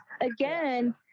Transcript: again